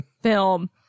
film